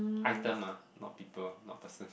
item ah not people not person